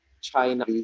China